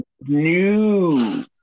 new